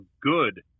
good